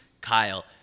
Kyle